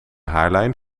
haarlijn